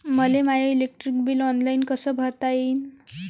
मले माय electric bill online कस भरता येईन?